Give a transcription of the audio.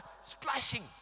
splashing